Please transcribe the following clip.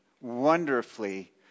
wonderfully